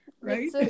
right